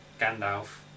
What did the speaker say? Gandalf